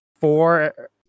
four